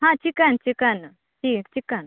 ಹಾಂ chicken chicken chicken